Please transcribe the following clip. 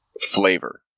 flavor